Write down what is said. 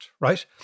right